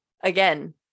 again